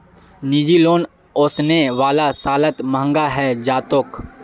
निजी लोन ओसने वाला सालत महंगा हैं जातोक